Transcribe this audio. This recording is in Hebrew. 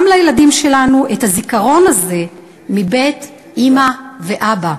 גם לילדים שלנו, את הזיכרון הזה מבית אימא ואבא.